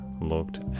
looked